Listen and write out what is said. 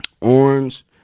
orange